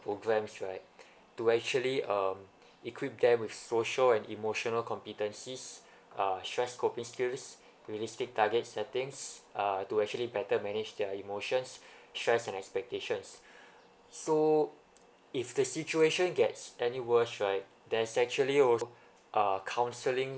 programs right to actually um equip them with social an emotional competencies uh stress coping skills realistic targets settings uh to actually better manage their emotions stress and expectations so if the situation gets any worse right there's actually also uh counselling